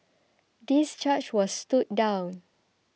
this charge was stood down